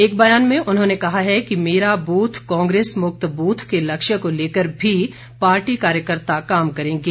एक बयान में उन्होंने कहा है कि मेरा बूथ कांग्रेस मुक्त बूथ के लक्ष्य को लेकर भी पार्टी कार्यकर्ता काम करेंगे